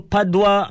Padua